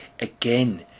again